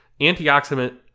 antioxidant